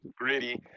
gritty